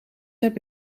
heb